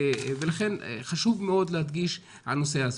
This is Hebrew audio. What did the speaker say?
לכן חשוב מאוד להדגיש את נושא ההסברה.